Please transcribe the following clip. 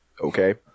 okay